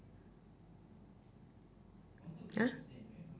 !huh!